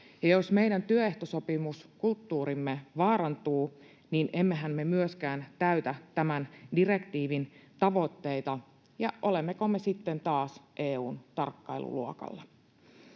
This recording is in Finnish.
jos meidän työehtosopimuskulttuurimme vaarantuu, niin emmehän me myöskään täytä tämän direktiivin tavoitteita, ja olemmeko me sitten taas EU:n tarkkailuluokalla?